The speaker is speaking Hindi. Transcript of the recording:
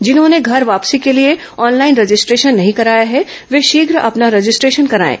जिन्होंने घर वापसी के लिए ऑनलाइन रजिस्ट्रेशन नहीं कराया है वे शीघ अपना रजिस्ट्रेशन कराएं